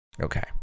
Okay